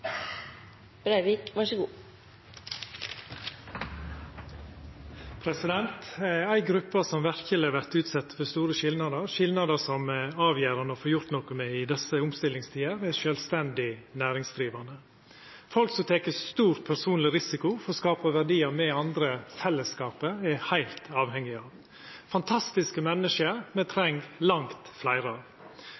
Ei gruppe som verkeleg vert utsett for store skilnader, skilnader som det er avgjerande å få gjort noko med i desse omstillingstider, er sjølvstendig næringsdrivande – folk som tek stor personleg risiko